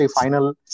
final